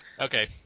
Okay